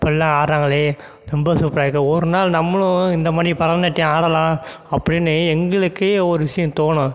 இப்பிடில்லாம் ஆடுறாங்களே ரொம்ப சூப்பராக இருக்கும் ஒரு நாள் நம்மளும் இந்தமாரி பரதநாட்டியம் ஆடலாம் அப்படின்னு எங்களுக்கே ஒரு விஷயம் தோணும்